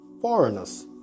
foreigners